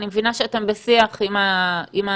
אני מבינה שאתם בשיח עם האנשים,